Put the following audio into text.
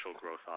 growth